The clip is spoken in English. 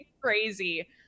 crazy